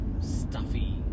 stuffy